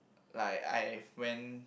like I've went